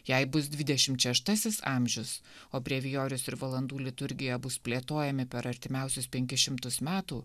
jei bus dvidešimt šeštasis amžius o brevijorius ir valandų liturgija bus plėtojami per artimiausius penkis šimtus metų